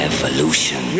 Evolution